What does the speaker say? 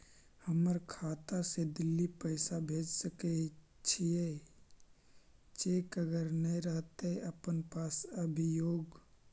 हमर खाता से दिल्ली पैसा भेज सकै छियै चेक अगर नय रहतै अपना पास अभियोग?